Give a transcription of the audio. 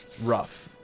rough